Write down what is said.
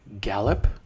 gallop